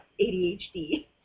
ADHD